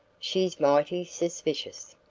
she's mighty suspicious.